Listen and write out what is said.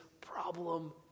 problem